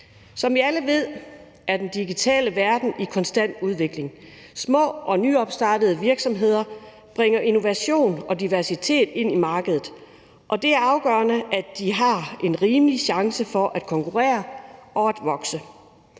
Som vi alle ved, er den digitale verden i konstant udvikling. Små og nyopstartede virksomheder bringer innovation og diversitet ind i markedet, og det er afgørende, at de har en rimelig chance for at konkurrere og at vokse.